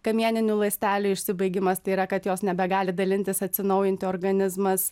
kamieninių ląstelių išsibaigimas tai yra kad jos nebegali dalintis atsinaujinti organizmas